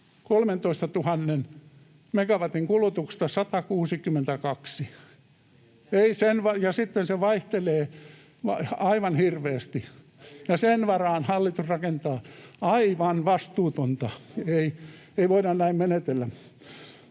13 000 megawatin kulutuksesta 162. Ja sitten se vaihtelee aivan hirveästi, ja sen varaan hallitus rakentaa. Aivan vastuutonta, ei voida näin menetellä.